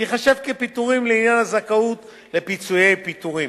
תיחשב פיטורים לעניין הזכאות לפיצויי פיטורים.